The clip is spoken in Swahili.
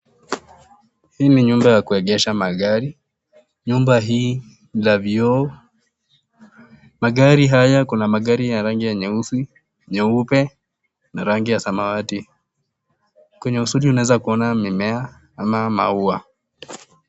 Hii ni nyumba ya kuegesha magari. Nyumba hii ni la vioo. Magari haya kuna magari ya rangi ya nyeusi, nyeupe na rangi ya samawati. Kwenye usudi unaweza kuona mimea ama maua.